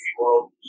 world